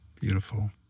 Beautiful